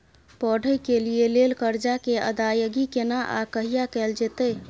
पढै के लिए लेल कर्जा के अदायगी केना आ कहिया कैल जेतै?